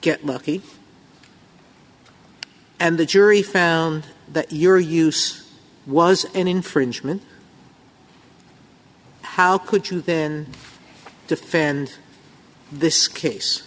get lucky and the jury found that your use was an infringement how could you then defend this case